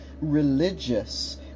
religious